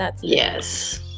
Yes